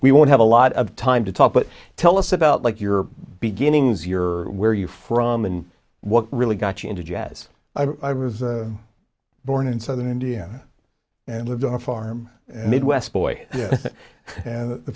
we won't have a lot of time to talk but tell us about like your beginnings your where you're from and what really got you into jazz i river born in southern india and lived on a farm and midwest boy and the